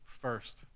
first